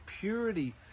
purity